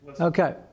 Okay